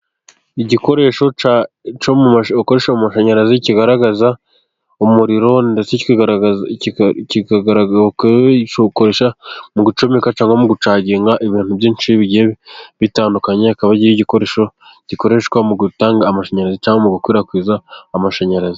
Igikoresho cya comomaji ukoresha amashanyarazi . Kigaragaza umuriro ndetse kigakoreshwa mu gucomeka cyangwa mu gucaginga ibintu byinshi bigiye bitandukanye . Akaba iki igikoresho gikoreshwa mu gutanga amashanyarazi cyangwa mu gukwirakwiza amashanyarazi.